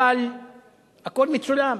אבל הכול מצולם,